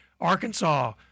Arkansas